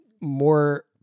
more